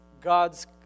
God's